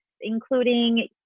including